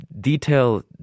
detail